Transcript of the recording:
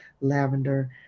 lavender